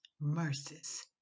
mercies